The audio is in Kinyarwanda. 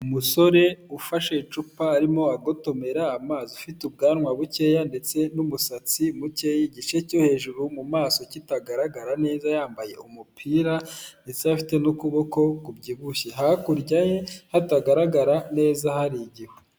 Umusore ufashe icupa arimo agotomera amazi ufite ubwanwa bukeya ndetse n'umusatsi mukeya, igice cyo hejuru mu maso kitagaragara neza yambaye umupira ndetse afite n'ukuboko kubyibushye, hakurya ye hatagaragara neza hari igihu.